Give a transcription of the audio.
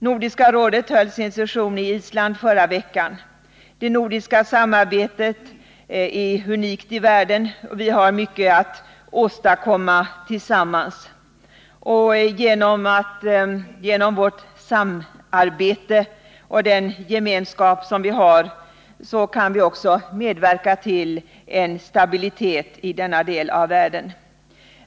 Nordiska rådet höll sin session i Island i förra veckan. Det nordiska samarbetet är unikt i världen. Vi har mycket att åstadkomma tillsammans. Genom vårt samarbete och den gemenskap som vi har kan vi också medverka till en stabilitet i denna del av världen.